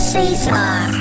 Cesar